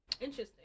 Interesting